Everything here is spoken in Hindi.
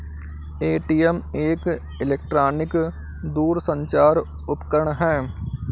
ए.टी.एम एक इलेक्ट्रॉनिक दूरसंचार उपकरण है